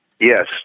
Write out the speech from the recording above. Yes